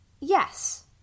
Yes